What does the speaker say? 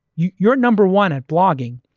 you're you're number one at blogging,